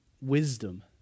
wisdom